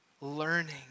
learning